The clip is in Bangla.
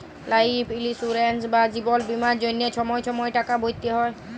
লাইফ ইলিসুরেন্স বা জিবল বীমার জ্যনহে ছময় ছময় টাকা ভ্যরতে হ্যয়